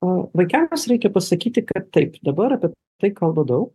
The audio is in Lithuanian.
o vaikams reikia pasakyti kad taip dabar apie tai kalba daug